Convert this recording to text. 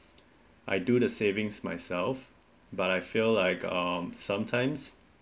I do the savings myself but I feel like um sometimes